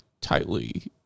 tightly